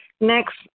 next